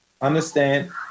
understand